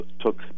took